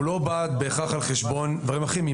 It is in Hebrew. הוא לא בא בהכרח על חשבון דברים אחרים.